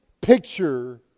picture